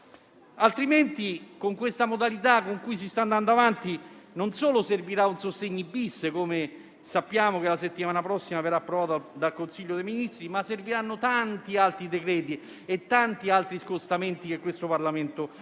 Altrimenti, con la modalità con cui si sta andando avanti, non solo servirà un decreto sostegni-*bis*, che come sappiamo la settimana prossima verrà approvato dal Consiglio dei ministri, ma serviranno tanti altri decreti e scostamenti che il Parlamento dovrà